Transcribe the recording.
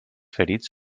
ferits